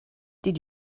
did